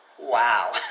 Wow